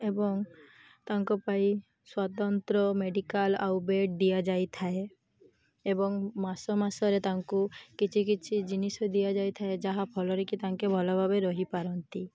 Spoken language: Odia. ଏବଂ ତାଙ୍କ ପାଇଁ ସ୍ୱତନ୍ତ୍ର ମେଡ଼ିକାଲ୍ ଆଉ ବେଡ଼୍ ଦିଆଯାଇଥାଏ ଏବଂ ମାସ ମାସରେ ତାଙ୍କୁ କିଛି କିଛି ଜିନିଷ ଦିଆଯାଇ ଥାଏ ଯାହା'ଫଳରେ କିି ତାଙ୍କେ ଭଲ ଭାବେ ରହିପାରନ୍ତି